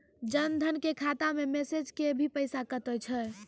जन धन के खाता मैं मैसेज के भी पैसा कतो छ?